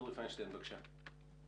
אורי פיינשטיין, בבקשה.